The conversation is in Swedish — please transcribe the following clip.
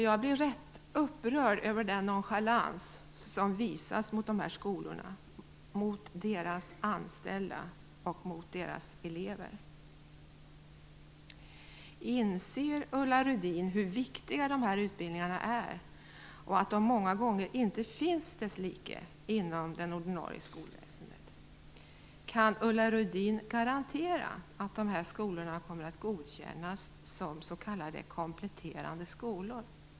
Jag blir rätt upprörd över den nonchalans som visas mot dessa skolor, deras anställda och elever. Inser Ulla Rudin hur viktiga dessa utbildningar är och att deras like många gånger inte finns inom det ordinarie skolväsendet? Kan Ulla Rudin garantera att dessa skolor kommer att godkännas som s.k. kompletterande skolor?